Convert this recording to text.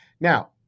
Now